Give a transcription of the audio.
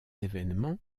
événements